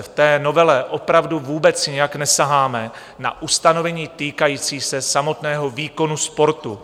V novele opravdu vůbec nijak nesaháme na ustanovení týkající se samotného výkonu sportu.